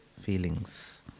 feelings